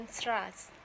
trust